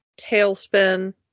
Tailspin